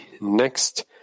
next